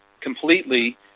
completely